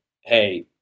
hey